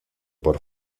por